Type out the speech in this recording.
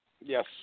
Yes